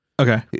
Okay